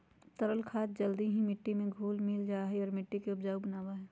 तरल खाद जल्दी ही मिट्टी में घुल मिल जाहई और मिट्टी के उपजाऊ बनावा हई